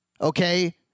Okay